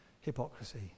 hypocrisy